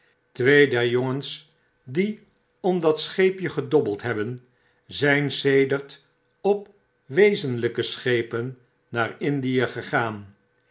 der jongens die om dat scheepje gedobbeld hebben zyn sedert op wezenlpe schepen naar indie gegaan